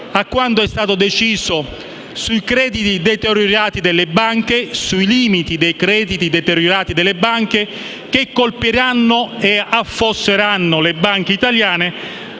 a quanto è stato deciso sui limiti dei crediti deteriorati delle banche, che colpiranno e affosseranno gli istituti